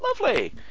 Lovely